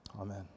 Amen